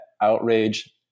outrage